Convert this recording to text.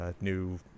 new